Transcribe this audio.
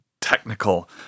technical